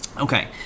Okay